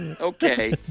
okay